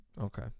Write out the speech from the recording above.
Okay